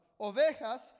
ovejas